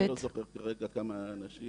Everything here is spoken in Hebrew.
אני לא זוכר כרגע כמה נשים.